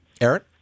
Eric